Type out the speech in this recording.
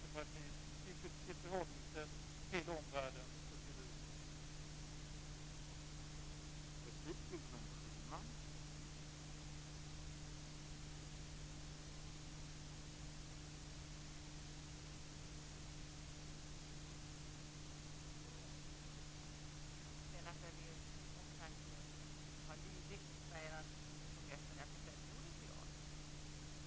Gudrun Schyman säger att vi jobbade ihop inför folkomröstningen om EU.